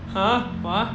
!huh! !wah!